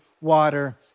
water